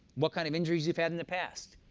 what kind of injuries you've had in the past.